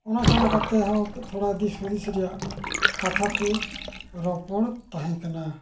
ᱚᱱᱟ ᱪᱷᱟᱲᱟ ᱠᱟᱛᱮᱫᱦᱚᱸ ᱛᱷᱚᱲᱟ ᱫᱤᱥᱦᱩᱫᱤᱥ ᱨᱮᱭᱟᱜ ᱠᱟᱛᱷᱟᱠᱚ ᱨᱚᱯᱚᱲ ᱛᱟᱦᱮᱸ ᱠᱟᱱᱟ